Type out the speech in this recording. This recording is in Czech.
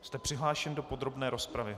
Jste přihlášen do podrobné rozpravy.